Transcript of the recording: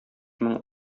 мең